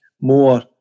more